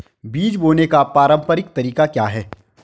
बीज बोने का पारंपरिक तरीका क्या है?